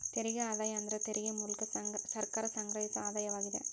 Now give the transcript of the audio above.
ತೆರಿಗೆ ಆದಾಯ ಅಂದ್ರ ತೆರಿಗೆ ಮೂಲ್ಕ ಸರ್ಕಾರ ಸಂಗ್ರಹಿಸೊ ಆದಾಯವಾಗಿದೆ